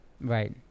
Right